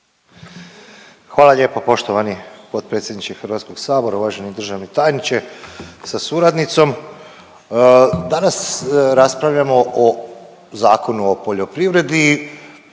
Hvala lijepo poštovani potpredsjedniče HS-a, uvaženi državni tajniče sa suradnicom. Danas raspravljamo o Zakonu o poljoprivredi